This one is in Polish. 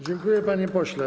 Dziękuję, panie pośle.